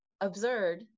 absurd